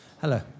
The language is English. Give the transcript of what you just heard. hello